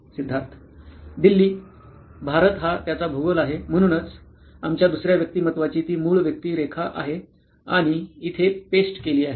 सिद्धार्थ दिल्ली भारत हा त्याचा भूगोल आहे म्हणूनच आमच्या दुसऱ्या व्यक्तिमत्वाची ती मूळ व्यक्तिरेखा आहे आणि इथे पेस्ट केली आहे